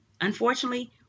unfortunately